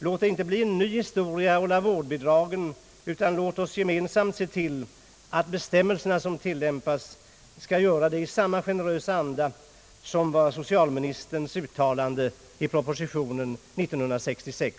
Låt det inte bli en ny historia å la vårdbidragen, utan låt oss gemensamt se till att bestämmelserna tillämpas i samma generösa anda som kom till uttryck i socialministerns uttalande i propositionen 1966.